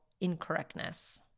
incorrectness